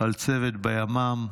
על צוות בימ"מ,